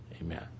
Amen